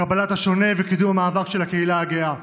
קבלת השונה וקידום המאבק של הקהילה הגאה.